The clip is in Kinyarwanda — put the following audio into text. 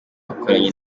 bakoranye